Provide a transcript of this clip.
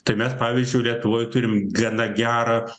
tai mes pavyzdžiui lietuvoj turim gana gerą